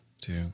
two